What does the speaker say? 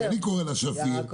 שאני קורא לה שפיר,